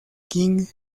king